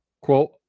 quote